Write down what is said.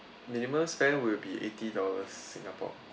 minimum spent will be eighty dollars singapore